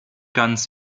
ganz